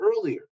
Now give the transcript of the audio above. earlier